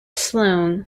sloane